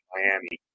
Miami